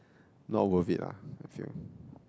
not worth it lah I feel